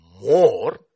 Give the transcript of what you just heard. more